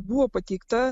buvo pateikta